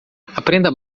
aprenda